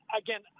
Again